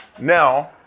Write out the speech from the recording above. Now